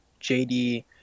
jd